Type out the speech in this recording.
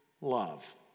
Love